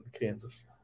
Kansas